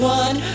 one